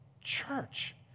church